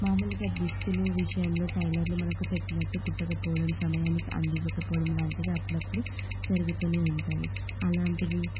మామూలుగా దుస్తులు విషయంలో టైలర్లు మనకు చెప్పినట్టు కుట్టకపోవడం సమయానికి అందించకపోవడం లాంటివి అప్పుడప్పుడు జరుగుతూనే ఉంటాయి అలాంటివి